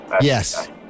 Yes